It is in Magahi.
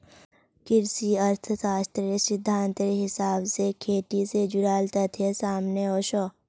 कृषि अर्थ्शाश्त्रेर सिद्धांतेर हिसाब से खेटी से जुडाल तथ्य सामने वोसो